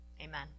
Amen